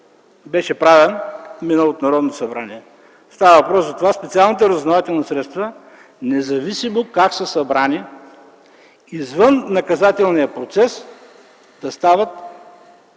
беше правен тогава. Става въпрос за това специалните разузнавателни средства, независимо как са събрани извън наказателния процес, да стават